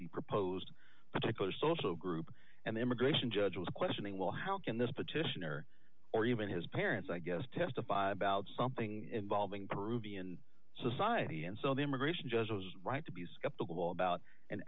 proposed particular social group and the immigration judge was questioning well how can this petitioner or even his parents i guess testify about something involving peruvian society and so the immigration judge was right to be skeptical about an